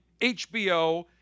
HBO